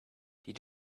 did